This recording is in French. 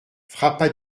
frappa